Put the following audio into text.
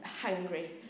hungry